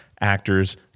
actors